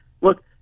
Look